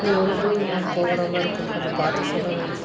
இன்னும் எவ்வளவோ தூரம் போகுறா மாரி இருக்கும் கொஞ்சம் பார்த்து சொல்லுங்களேன்